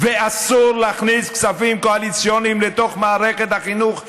ואסור להכניס כספים קואליציוניים לתוך מערכת החינוך הממלכתית.